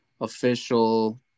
official